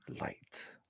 light